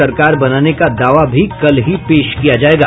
सरकार बनाने का दावा भी कल ही पेश किया जायेगा